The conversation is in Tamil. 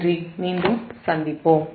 நன்றி மீண்டும் சந்திப்போம்